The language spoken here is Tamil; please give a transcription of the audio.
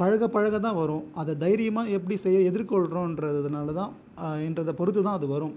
பழக பழக தான் வரும் அதை தைரியமாக எப்படி செய் எதிர்க்கொள்ளுகிறோம் என்றதுனால் தான் என்றதை பொறுத்து தான் அது வரும்